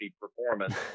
performance